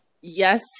yes